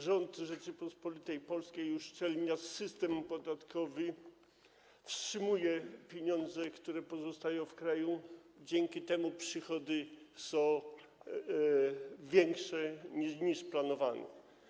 Rząd Rzeczypospolitej Polskiej uszczelnia system podatkowy, wstrzymuje pieniądze, one pozostają w kraju, dzięki czemu przychody są większe, niż planowano.